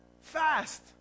Fast